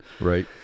right